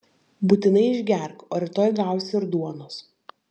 būtinai išgerk o rytoj gausi ir duonos